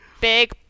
big